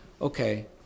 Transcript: okay